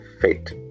fate